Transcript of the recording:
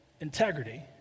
integrity